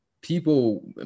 people